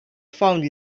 found